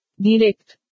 Direct